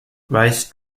weißt